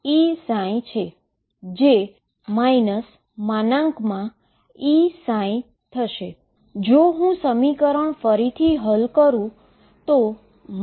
તેથી થાય છે કે આપણને બે બાઉન્ડ સ્ટેટ મળે છે અને હું તમને બતાવીશ કે તે કેવી રીતે થાય છે